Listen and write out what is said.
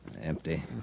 Empty